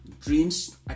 dreams